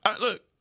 Look